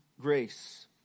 Grace